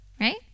right